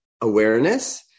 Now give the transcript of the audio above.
awareness